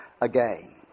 again